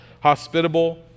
hospitable